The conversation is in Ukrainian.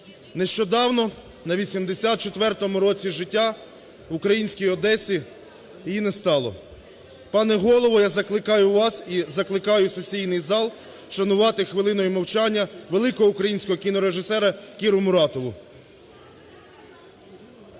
Нещодавно на 84-му році життя в українській Одесі її не стало. Пане Голово, я закликаю вас і закликаю сесійний зал вшанувати хвилиною мовчання великого українського кінорежисера Кіру Муратову.